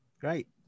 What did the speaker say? Great